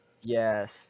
Yes